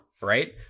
right